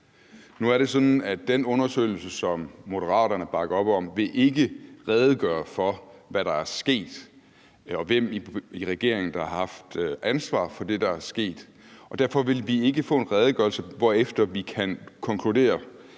Nu er det sådan, at den undersøgelse, som Moderaterne bakker op om, ikke vil redegøre for, hvad der er sket, og hvem i regeringen der har haft ansvar for det, der er sket. Derfor vil vi ikke få en redegørelse, hvorefter vi kan konkludere,